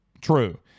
True